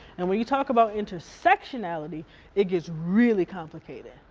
and when you talk about intersectionality it gets really complicated,